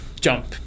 jump